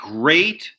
great